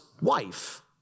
wife